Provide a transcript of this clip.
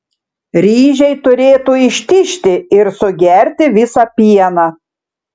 ryžiai turėtų ištižti ir sugerti visą pieną